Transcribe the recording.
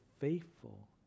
faithful